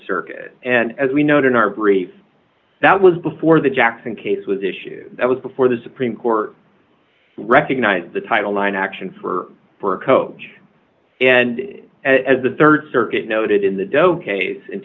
circuit and as we note in our brief that was before the jackson case was issued that was before the supreme court recognized the title line action for for a coach and as the rd circuit noted in the doe case in